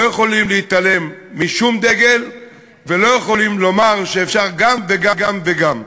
לא יכולים להתעלם משום דגל ולא יכולים לומר שאפשר גם וגם וגם.